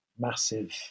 massive